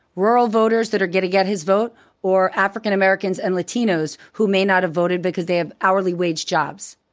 rural voters that are gonna get his vote or african americans and latinos who may not have voted because they have hourly wage jobs.